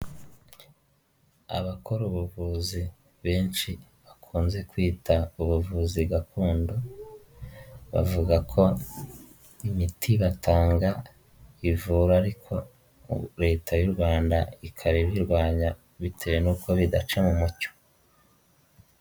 Abakora ubuvuzi benshi bakunze kwita ubuvuzi gakondo bavuga ko imiti batanga ivura ariko Leta y'u Rwanda ikaba ibirwanya bitewe n'uko bidaca mu mucyo.